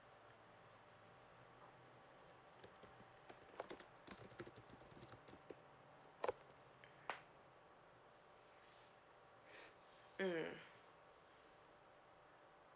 mm